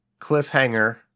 Cliffhanger